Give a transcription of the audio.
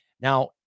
now